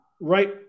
right